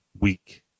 week